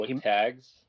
tags